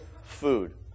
food